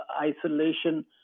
isolation